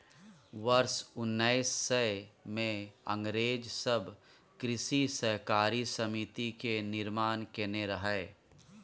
वर्ष उन्नैस सय मे अंग्रेज सब कृषि सहकारी समिति के निर्माण केने रहइ